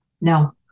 No